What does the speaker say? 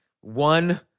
one